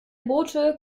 boote